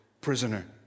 prisoner